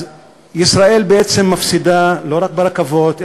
אז ישראל בעצם מפסידה לא רק ברכבות,